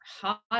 hot